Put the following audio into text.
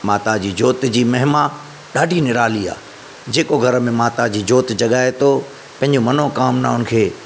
माता जी जोति जी महिमा ॾाढी निराली आहे जेको घर में माता जी जोति जॻाए थो पंहिंजो मनोकामनाउनि खे